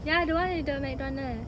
ya the one with the McDonald's